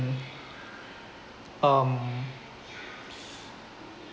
um